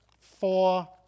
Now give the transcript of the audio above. four